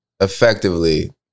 effectively